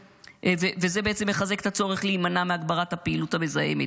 וזה בעצם מחזק את הצורך להימנע מהגברת הפעילות המזהמת.